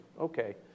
Okay